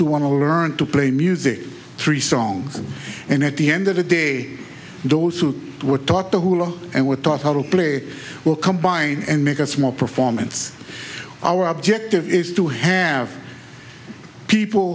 who want to learn to play music three songs and at the end of the day those who were taught the hula and were taught how to play will combine and make us more performance our objective is to have people